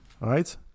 right